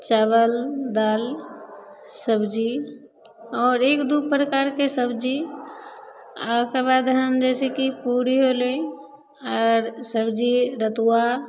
चावल दाल सब्जी आओर एक दू प्रकारके सब्जी आ ओकर बाद जैसे कि पूरी होलै आर सब्जी रतुआ